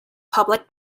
public